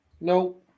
No